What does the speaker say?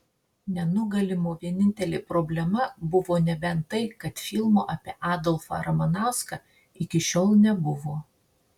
nenugalimo vienintelė problema buvo nebent tai kad filmo apie adolfą ramanauską iki šiol nebuvo